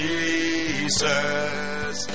Jesus